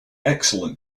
excellent